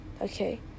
okay